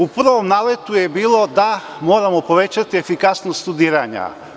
U prvom naletu je bilo da moramo povećati efikasnost studiranja.